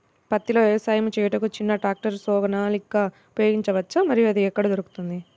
పత్తిలో వ్యవసాయము చేయుటకు చిన్న ట్రాక్టర్ సోనాలిక ఉపయోగించవచ్చా మరియు అది ఎక్కడ దొరుకుతుంది?